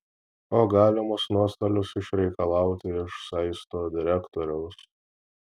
o galimus nuostolius išreikalauti iš saisto direktoriaus